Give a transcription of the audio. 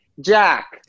Jack